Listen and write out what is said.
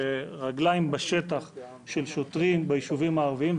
רגליים בשטח של שוטרים ביישובים הערביים,